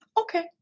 Okay